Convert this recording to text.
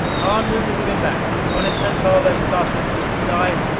hahn, move the women back! coniston, pile those caskets to the side.